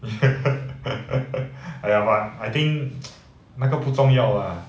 !aiya! but I think 那个不重要啦